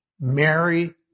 Mary